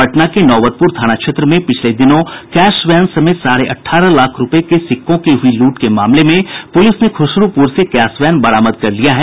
पटना के नौबतपुर थाना क्षेत्र में पिछले दिनों कैश वैन समेत साढ़े अठारह लाख रूपये के सिक्कों की हुई लूट के मामले में पुलिस ने खुसरूपुर से कैश वेन बरामद कर लिया है